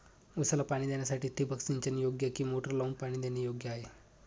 ऊसाला पाणी देण्यासाठी ठिबक सिंचन योग्य कि मोटर लावून पाणी देणे योग्य आहे?